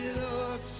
look